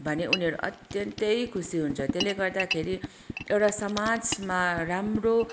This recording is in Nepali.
भने उनीहरू अत्यन्तै खुसी हुन्छ त्यसले गर्दाखेरि एउटा समाजमा राम्रो